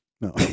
No